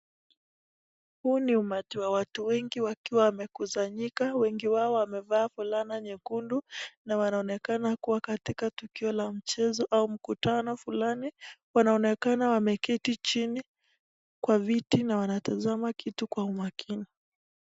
Huu ni umati wa watu wengi wakiwa wamekusanyika. Wengi wao wamevaa fulana nyekundu, na wanaonekana kuwa katika tukio la mchezo au mkutano fulani. Wanaonekana wameketi chini kwa viti na wanatazama kitu kwa umakini.